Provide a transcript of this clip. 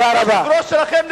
לזכות בכמה